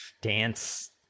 dance